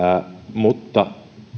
mutta